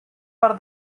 per